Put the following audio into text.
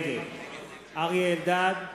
נגד אריה אלדד,